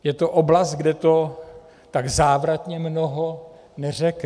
Je to oblast, kde to tak závratně mnoho neřekne.